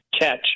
catch